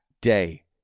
day